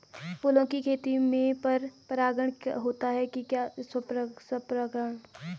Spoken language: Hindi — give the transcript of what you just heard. फूलों की खेती में पर परागण होता है कि स्वपरागण?